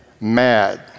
mad